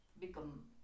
become